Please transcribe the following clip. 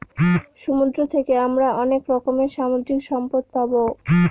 সমুদ্র থাকে আমরা অনেক রকমের সামুদ্রিক সম্পদ পাবো